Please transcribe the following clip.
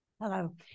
Hello